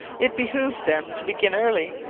it behoved them to begin early.